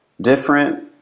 different